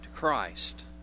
Christ